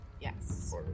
Yes